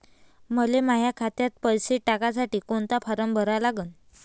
मले माह्या खात्यात पैसे टाकासाठी कोंता फारम भरा लागन?